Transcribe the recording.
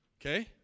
Okay